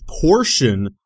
portion